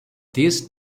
these